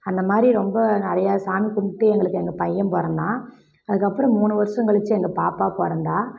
அந்தமாதிரி ரொம்ப நிறையா சாமி கும்பிட்டு எங்களுக்கு எங்கள் பையன் பிறந்தான் அதுக்கப்புறம் மூணு வருஷம் கழிச்சு எங்கள் பாப்பா பிறந்தா